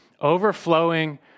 Overflowing